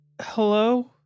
hello